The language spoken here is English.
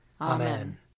Amen